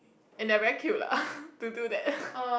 and they are very cute lah to do that